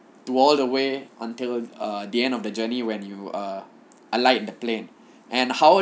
to all the way until uh the end of the journey when you uh alike in the plane and how